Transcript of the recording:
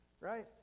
Right